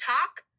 talk